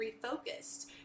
refocused